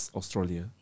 Australia